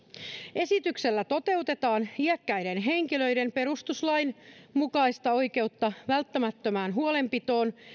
esityksellä toteutetaan iäkkäiden henkilöiden perustuslain mukaista oikeutta välttämättömään huolenpitoon